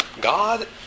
God